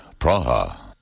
Praha